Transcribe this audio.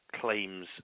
claims